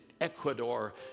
Ecuador